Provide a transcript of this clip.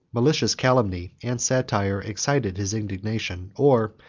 malicious calumny and satire excited his indignation, or,